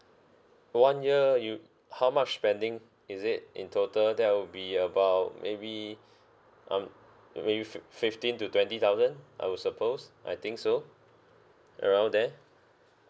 one year you how much spending is it in total that would be about maybe um maybe fif~ fifteen to twenty thousand I would suppose I think so around there